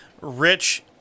Rich